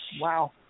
Wow